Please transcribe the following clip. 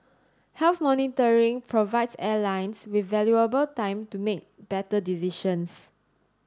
health monitoring provides airlines with valuable time to make better decisions